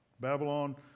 Babylon